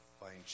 find